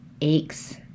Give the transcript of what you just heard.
aches